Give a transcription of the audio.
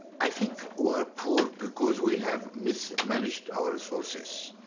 i think we are poor because we have mismanaged our resources.